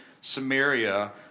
Samaria